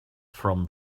from